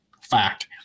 fact